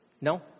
No